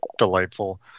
delightful